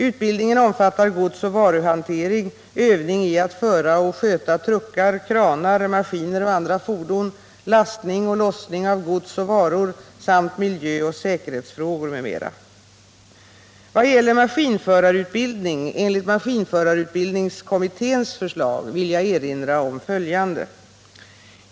Utbildningen omfattar godsoch varuhantering, övning i att föra och sköta truckar, kranar, maskiner och andra fordon, lastning och lossning av gods och varor samt — Om maskinförarutmiljöoch säkerhetsfrågor m.m. bildning i gymna Vad gäller maskinförarutbildning enligt maskinförarutbildningskom = sieskolan mitténs förslag vill jag erinra om följande.